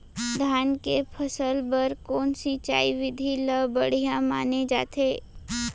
धान के फसल बर कोन सिंचाई विधि ला बढ़िया माने जाथे?